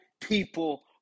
people